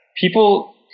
people